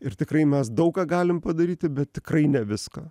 ir tikrai mes daug ką galim padaryti bet tikrai ne viską